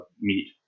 meat